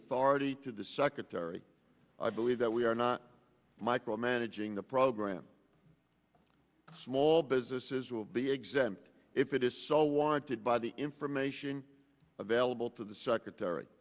authority to the secretary i believe that we are not micromanaging the program small businesses will be exempt if it is so warranted by the information available to the secretary